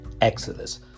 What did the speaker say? Exodus